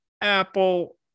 Apple